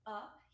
up